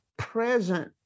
present